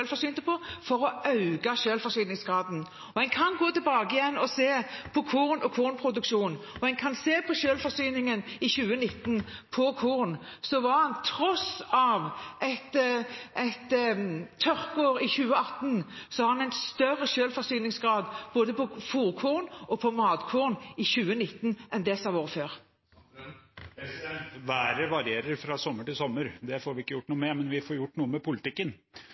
å øke selvforsyningsgraden. En kan gå tilbake og se på kornproduksjon, på selvforsyningen av korn i 2019, der en på tross av et tørkeår i 2018 hadde en større selvforsyningsgrad av både fôrkorn og matkorn i 2019 enn det som hadde vært før. Været varierer fra sommer til sommer. Det får vi ikke gjort noe med. Men vi får gjort noe med politikken.